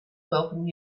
welcome